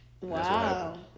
Wow